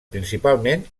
principalment